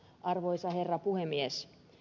arvoisa herra puhemies